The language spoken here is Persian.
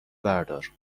بردار